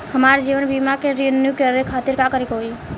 हमार जीवन बीमा के रिन्यू करे खातिर का करे के होई?